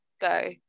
go